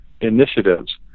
initiatives